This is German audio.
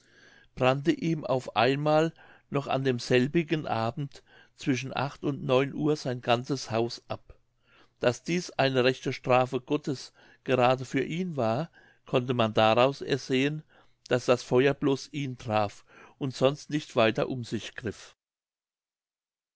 brannte ihm auf einmal noch an demselbigen abend zwischen und uhr sein ganzes haus ab daß dies eine rechte strafe gottes gerade für ihn war konnte man daraus ersehen daß das feuer blos ihn traf und sonst nicht weiter um sich griff